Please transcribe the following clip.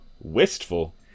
Wistful